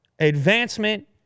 Advancement